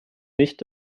nicht